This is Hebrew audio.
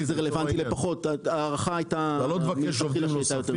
אבל זה עדיין כרוך